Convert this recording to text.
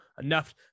enough